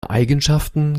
eigenschaften